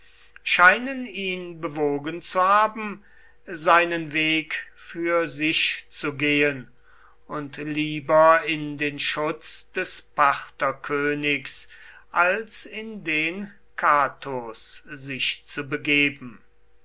scheinen ihn bewogen zu haben seinen weg für sich zu gehen und lieber in den schutz des partherkönigs als in den catos sich zu begeben